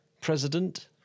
president